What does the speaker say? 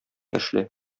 эшлә